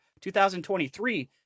2023